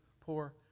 poor